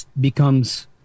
becomes